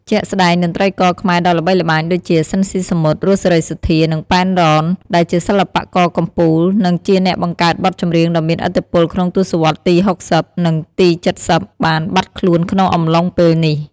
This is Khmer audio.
ជាក់ស្តែង តន្ត្រីករខ្មែរដ៏ល្បីល្បាញដូចជា ស៊ីន ស៊ីសាមុត រស់ សេរីសុទ្ធា និង ប៉ែន រ៉ន ដែលជាសិល្បករកំពូល និងជាអ្នកបង្កើតបទចម្រៀងដ៏មានឥទ្ធិពលក្នុងទសវត្សរ៍ទី៦០ និងទី៧០ បាន បាត់ខ្លួនក្នុងអំឡុងពេលនេះ។